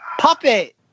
Puppet